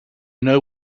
know